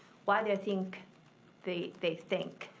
why they think they they think,